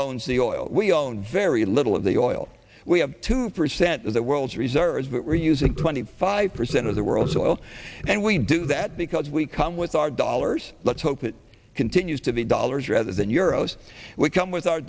owns the oil we own very little of the oil we have two for cent of the world's reserves but we're using twenty five percent of the world's oil and we do that because we come with our dollars let's hope it continues to be dollars rather than euro so we come with our